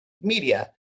media